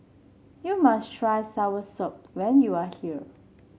you must try Soursop when you are here